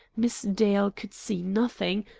miss dale could see nothing,